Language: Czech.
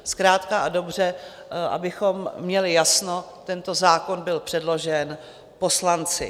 Zkrátka a dobře, abychom měli jasno, tento zákon byl předložen poslanci.